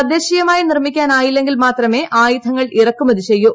തദ്ദേശീയമായി നിർമ്മിക്കാനായില്ലെങ്കിൽ മാത്രമേ ആയുധങ്ങൾ ഇറക്കുമതി ചെയ്യൂ